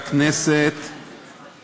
כי הונח היום על שולחן הכנסת הסכם בין ממשלת ישראל